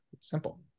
Simple